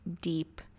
deep